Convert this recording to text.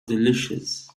delicious